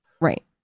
Right